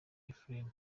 ephraim